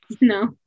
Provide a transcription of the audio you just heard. no